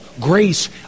grace